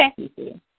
Okay